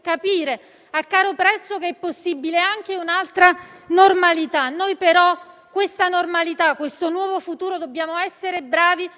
capire, a caro prezzo, che è possibile anche un'altra normalità. Noi però questa normalità, questo nuovo futuro dobbiamo essere bravi